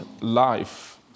life